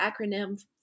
acronym